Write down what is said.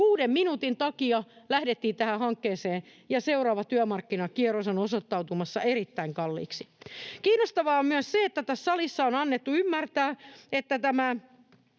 Kuuden minuutin takia lähdettiin tähän hankkeeseen, ja seuraava työmarkkinakierros on osoittautumassa erittäin kalliiksi. Kiinnostavaa on myös se, että tässä salissa on annettu ymmärtää, että tämä